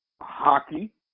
hockey